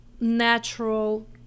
natural